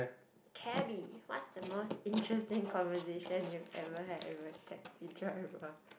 Cabby what's the most interesting conversation you ever had with a taxi driver